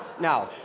no.